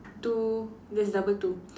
to there's double to